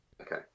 okay